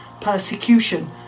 persecution